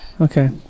Okay